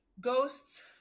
ghosts